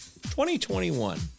2021